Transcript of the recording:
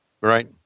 Right